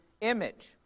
image